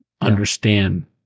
understand